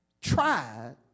tried